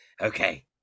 okay